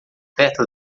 perto